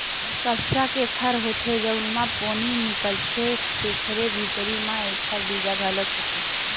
कपसा के फर होथे जउन म पोनी निकलथे तेखरे भीतरी म एखर बीजा घलो होथे